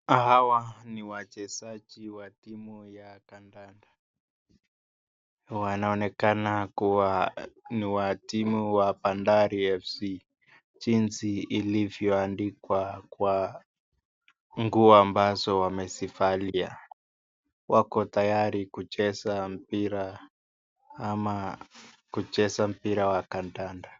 Hawa ni wachezaji wa timu ya kandanda. Wanaonekana kuwa ni wa timu ya bandari Fc jinsi ilivyoandikwa kwa guo walizozivalia. Wako tayari kucheza mpira ama kucheza mpira wa kandanda.